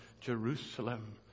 Jerusalem